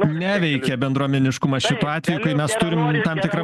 neveikia bendruomeniškumas šituo atveju kai mes turim tam tikra